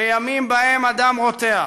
בימים שבהם הדם רותח,